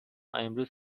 امروز